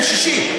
כן, שישי.